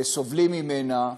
סובלים מהם.